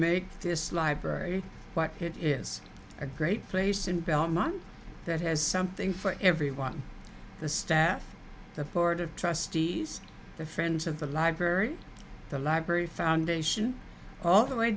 make this library what it is a great place in belmont that has something for everyone the staff the board of trustees the friends of the library the library foundation all the way